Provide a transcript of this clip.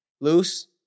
loose